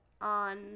on